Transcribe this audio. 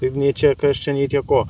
ir nei čia kas čia nei tie ko